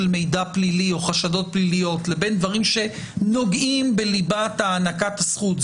מידע פלילי או חשדות פליליים לבין דברים שנוגעים בליבת הענקת הזכות,